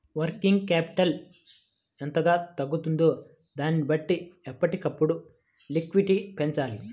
working capital ఎంతగా తగ్గుతుందో దానిని బట్టి ఎప్పటికప్పుడు లిక్విడిటీ పెంచాలి